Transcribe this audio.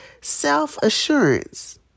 self-assurance